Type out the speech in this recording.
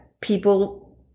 people